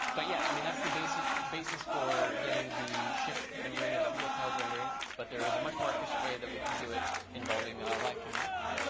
but yeah, i mean, that's the basis basis for getting the ship rendering and the projectiles rendering. but there is a much more efficient way that we can do it involving lifetime management.